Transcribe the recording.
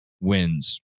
wins